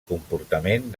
comportament